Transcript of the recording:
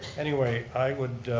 anyway, i would